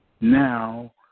Now